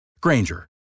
Granger